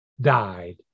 died